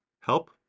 help